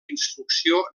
instrucció